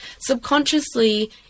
subconsciously